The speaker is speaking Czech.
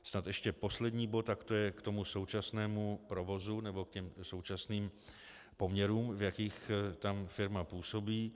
Snad ještě poslední bod, tak to je k tomu současnému provozu nebo k těm současným poměrům, v jakých tam firma působí.